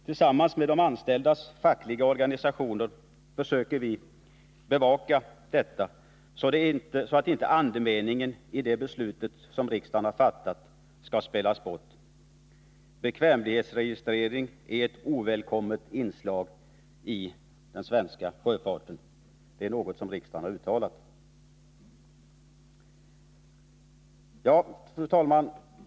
Tillsammans med de anställdas fackliga organisationer försöker vi bevaka detta, så att inte andemeningen i det beslut som riksdagen fattat skall spelas bort. ”Bekvämlighetsregistrering är ett ovälkommet inslag i den svenska sjöfarten.” Det är något som riksdagen uttalat. Fru talman!